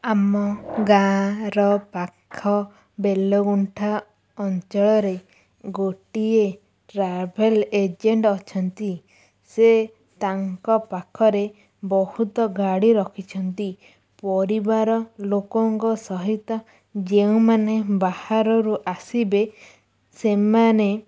ଆମ ଗାଁ'ର ପାଖ ବେଲଗୁଣ୍ଠା ଅଞ୍ଚଳରେ ଗୋଟିଏ ଟ୍ରାଭେଲ୍ ଏଜେଣ୍ଟ୍ ଅଛନ୍ତି ସେ ତାଙ୍କ ପାଖରେ ବହୁତ ଗାଡ଼ି ରଖିଛନ୍ତି ପରିବାର ଲୋକଙ୍କ ସହିତ ଯେଉଁମାନେ ବାହାରରୁ ଆସିବେ ସେମାନେ